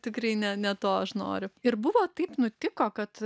tikrai ne ne to aš noriu ir buvo taip nutiko kad